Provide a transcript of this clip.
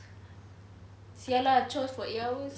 [sial] lah chores for eight hours